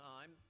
time